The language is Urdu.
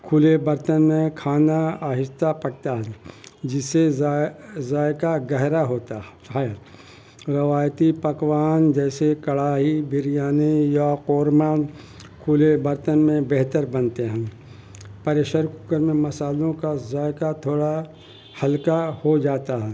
کھلے برتن میں کھانا آہستہ پکتا ہے جس سے ذائے ذائقہ گہرا ہوتا ہے روایتی پکوان جیسے کڑھائی بریانی یا قورمہ کھلے برتن میں بہتر بنتے ہیں پریشر کوکر میں مسالوں کا ذائقہ تھوڑا ہلکا ہو جاتا ہے